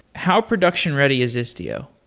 how production-ready is istio?